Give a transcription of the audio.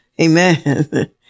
Amen